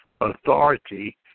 authority